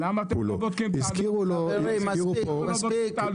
אבל למה אתם לא בודקים את -- חבר'ה,